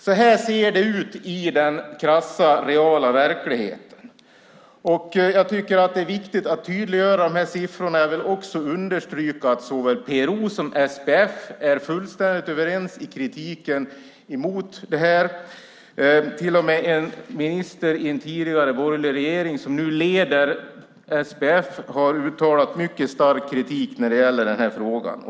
Så här ser det ut i den krassa, reala verkligheten. Jag tycker att det är viktigt att tydliggöra de här siffrorna. Jag vill också understryka att såväl PRO som SPF är fullständigt överens i kritiken mot det här. Till och med en tidigare minister i en borgerlig regering, som nu leder SPF, har uttalat mycket stark kritik i den här frågan.